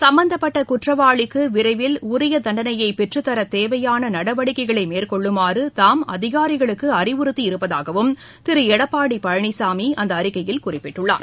சம்மந்தப்பட்ட குற்றவாளிக்கு விரைவில் உரிய தண்டனையை பெற்றுத்தர தேவையான நடவடிக்கைகளை மேற்கொள்ளுமாறு தாம் அதினரிகளுக்கு அழிவுறுத்தி இருப்பதாகவும் திரு எடப்பாடி பழனிசாமி அந்த அறிக்கையில் குறிப்பிட்டுள்ளார்